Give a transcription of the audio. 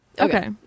Okay